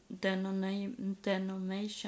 denomination